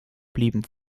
blieben